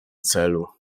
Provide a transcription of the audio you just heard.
celu